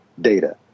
data